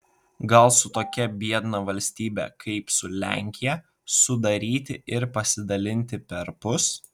gal su tokia biedna valstybe kaip su lenkija sudaryti ir pasidalinti perpus